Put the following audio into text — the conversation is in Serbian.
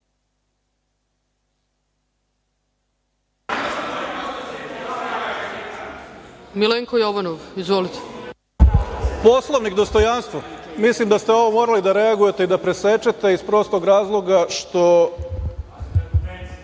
**Milenko Jovanov** Poslovnik – dostojanstvo. Mislim da ste na ovo morali da reagujete i da presečete iz prostog razloga što